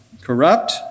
corrupt